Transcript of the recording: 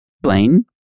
Blaine